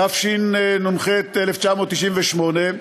התשנ"ח 1998,